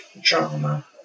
drama